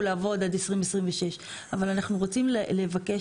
לעבוד עד 2026. אבל אנחנו רוצים לבקש,